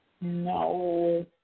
No